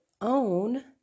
own